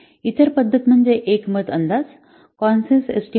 इतर पद्धत म्हणजे एकमत अंदाज कॉन्सेन्स एस्टिमेशन